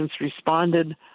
responded